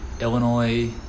Illinois